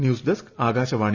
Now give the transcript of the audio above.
news desk Akashvani